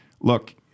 look